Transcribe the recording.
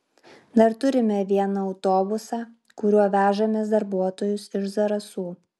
dar turime vieną autobusą kuriuo vežamės darbuotojus iš zarasų